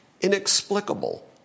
inexplicable